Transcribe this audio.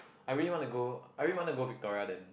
I really wanna go I really wanna go Victoria then